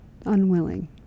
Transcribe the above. unwilling